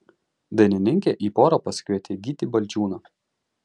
dainininkė į porą pasikvietė gytį balčiūną